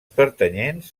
pertanyents